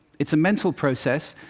it's a mental process,